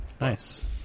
nice